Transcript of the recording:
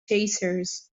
chasers